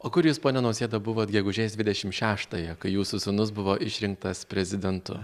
o kur jūs pone nausėda buvot gegužės dvidešim šeštąją kai jūsų sūnus buvo išrinktas prezidentu